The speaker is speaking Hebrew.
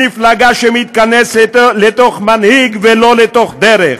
מפלגה שמתכנסת לתוך מנהיג ולא לתוך דרך.